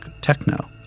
techno